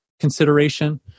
consideration